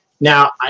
now